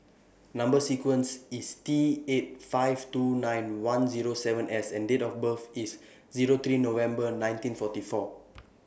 Number sequence IS T eight five two nine one Zero seven S and Date of birth IS three November nineteen forty four